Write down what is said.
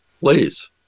Please